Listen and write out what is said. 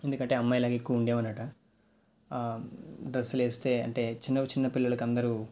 ఎందుకంటే అమ్మాయిలాగే ఎక్కువ ఉండేవాన్ని అట డ్రస్సులేస్తే అంటే చిన్నవి చిన్నపిల్లలకి అందరూ